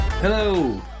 Hello